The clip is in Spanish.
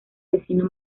vecino